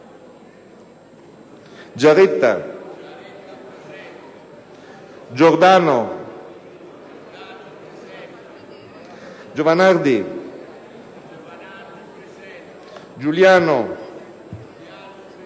Giaretta, Giordano, Giovanardi, Giuliano,